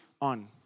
on